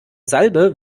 salbe